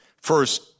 First